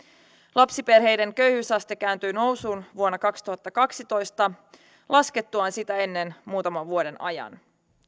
lapsiperheiden köyhyysaste kääntyi nousuun vuonna kaksituhattakaksitoista laskettuaan sitä ennen muutaman vuoden ajan